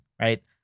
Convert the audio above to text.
right